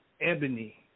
Ebony